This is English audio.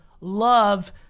love